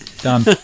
Done